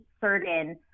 certain